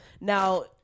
Now